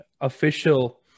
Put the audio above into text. official